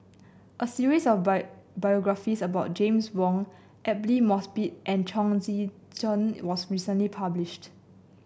a series of by biographies about James Wong Aidli Mosbit and Chong Tze Chien was recently published